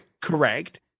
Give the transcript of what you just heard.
correct